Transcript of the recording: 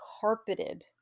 carpeted